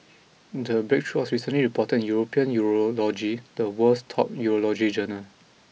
the breakthrough was recently reported in European Urology the world's top Urology Journal